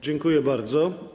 Dziękuję bardzo.